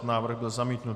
Návrh byl zamítnut.